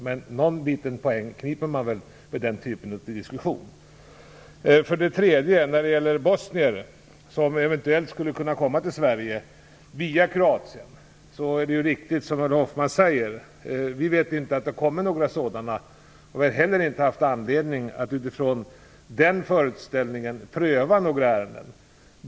Men någon liten poäng kniper man väl med den typen av diskussion. För det tredje när det gäller bosnier som eventuellt skulle kunna komma till Sverige via Kroatien är det riktigt som Ulla Hoffmann säger. Vi vet inte om det har kommit några sådana flyktingar, och vi har inte heller haft anledning att utifrån den föreställningen pröva några ärenden.